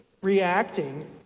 reacting